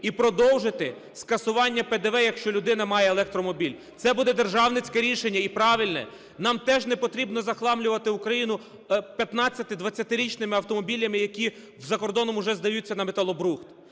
і продовжити скасування ПДВ, якщо людина має електромобіль. Це буде державницьке рішення і правильне. Нам теж не потрібнозахламлювати Україну 15-20-річними автомобілями, які за кордоном уже здаються на металобрухт.